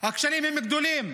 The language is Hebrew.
הכשלים גדולים,